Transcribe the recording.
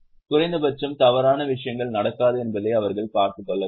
குறைந்த பட்சம் தவறான விஷயங்கள் நடக்காது என்பதை அவர்கள் பார்க்க வேண்டும்